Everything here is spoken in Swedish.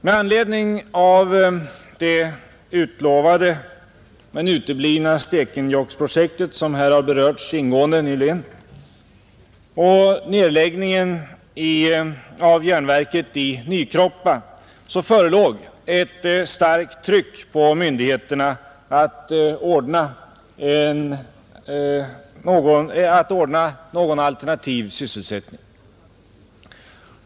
Med anledning av det utlovade men uteblivna Stekenjokkprojektet som här berörts ingående nyligen och nedläggningen av järnverket i Nykroppa förelåg ett starkt tryck på myndigheterna att ordna någon alternativ sysselsättning.